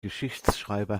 geschichtsschreiber